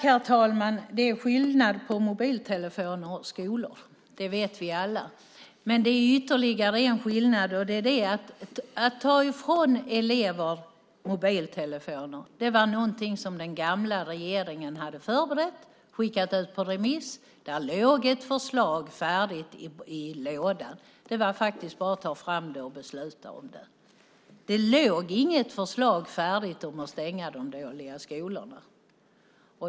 Herr talman! Det är skillnad på mobiltelefoner och skolor. Det vet vi alla. Men det finns ytterligare en skillnad. Förslaget om att ge möjlighet att ta ifrån elever mobiltelefoner var någonting som den gamla regeringen hade förberett och skickat ut på remiss. Det låg ett förslag färdigt i lådan. Det var bara att ta fram det och fatta beslut om det. Men det låg inget färdigt förslag om att stänga de dåliga skolorna.